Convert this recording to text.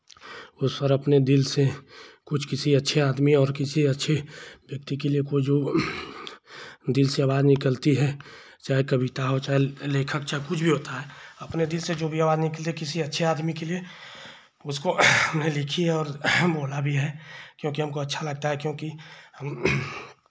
ईश्वर अपने दिल से कुछ किसी अच्छे आदमी और किसी अच्छे व्यक्ति के लिए कोई जो दिल से आवाज निकलती है चाहे कविता हो चाहे लेखक हो चाहे कुछ भी होता है अपने दिल से जो भी आवाज निकले किसी अच्छे आदमी के लिए उसको हमनें लिखी है और बोला भी है क्योंकि हमको अच्छा लगता है क्योंकि